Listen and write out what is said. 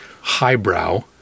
highbrow